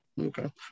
Okay